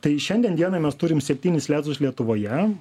tai šiandien dienai mes turim septynis litus lietuvoje